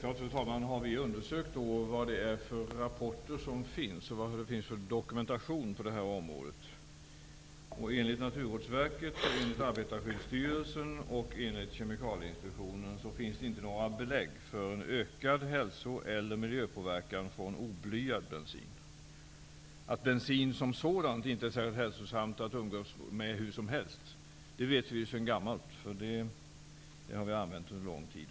Fru talman! Vi har självfallet undersökt vilka rapporter och vilken dokumentation som finns på detta område. Enligt Naturvårdsverket, Kemikalieinspektionen finns det inte några belägg för en ökad hälso eller miljöpåverkan från oblyad bensin. Att bensin som sådan inte är särskilt hälsosam att umgås med hur som helst vet vi sedan gammalt. Det har vi vetat under lång tid.